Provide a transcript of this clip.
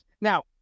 Now